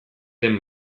den